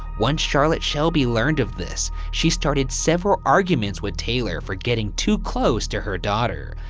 once charlotte shelby learned of this, she started several arguments with taylor for getting too close to her daughter.